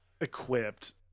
equipped